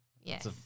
Yes